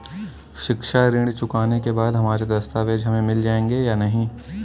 शिक्षा ऋण चुकाने के बाद हमारे दस्तावेज हमें मिल जाएंगे या नहीं?